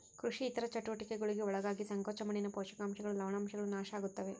ಕೃಷಿ ಇತರ ಚಟುವಟಿಕೆಗುಳ್ಗೆ ಒಳಗಾಗಿ ಸಂಕೋಚ ಮಣ್ಣಿನ ಪೋಷಕಾಂಶಗಳು ಲವಣಾಂಶಗಳು ನಾಶ ಆಗುತ್ತವೆ